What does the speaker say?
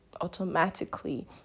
automatically